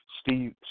Steve